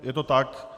Je to tak.